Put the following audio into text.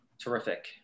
terrific